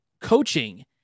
coaching